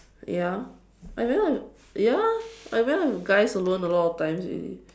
ya I went out with ya I went out with guys alone a lot of times already